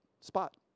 spot